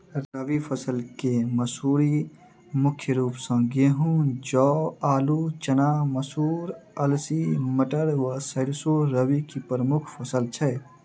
रबी फसल केँ मसूरी मुख्य रूप सँ गेंहूँ, जौ, आलु,, चना, मसूर, अलसी, मटर व सैरसो रबी की प्रमुख फसल छै